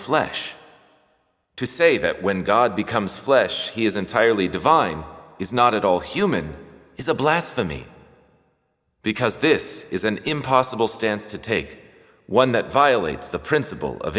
flesh to say that when god becomes flesh he is entirely divine is not at all human is a blasphemy because this is an impossible stance to take one that violates the principle of